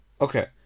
Okay